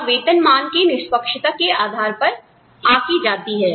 और वेतन मान की निष्पक्षता के आधार पर आंकी जाती है